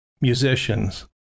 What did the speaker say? musicians